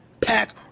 pack